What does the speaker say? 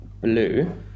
blue